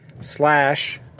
slash